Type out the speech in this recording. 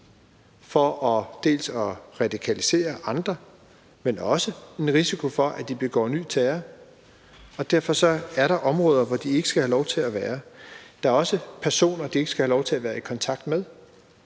for, at de radikaliserer andre, men også en risiko for, at de begår ny terror. Derfor er der områder, hvor de ikke skal have lov til at være, og der er også personer, som de ikke skal have lov til at være i kontakt med